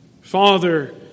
Father